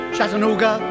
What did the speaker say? Chattanooga